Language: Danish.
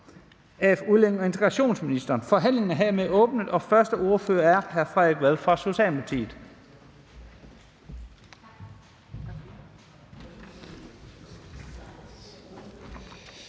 (Leif Lahn Jensen): Forhandlingen er hermed åbnet, og første ordfører er hr. Frederik Vad fra Socialdemokratiet.